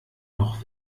noch